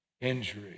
injury